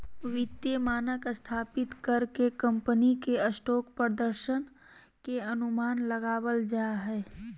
वित्तीय मानक स्थापित कर के कम्पनी के स्टॉक प्रदर्शन के अनुमान लगाबल जा हय